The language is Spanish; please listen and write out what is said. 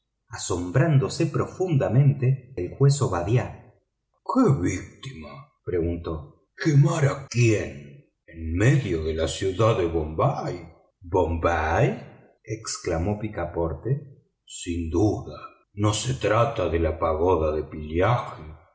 asombrándose profundamente el juez obadiah qué víctima preguntó quemar a quién en medio de la ciudad de bombay bombay exclamó picaporte sin duda no se trata de la pagoda de pillaji